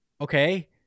okay